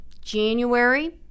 January